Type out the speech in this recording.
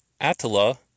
Attila